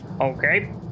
Okay